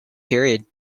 period